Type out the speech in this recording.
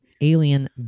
alien